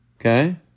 Okay